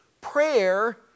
Prayer